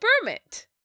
permit